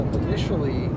initially